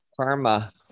Karma